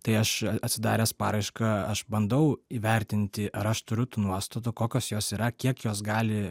tai aš atsidaręs paraišką aš bandau įvertinti ar aš turiu tų nuostatų kokios jos yra kiek jos gali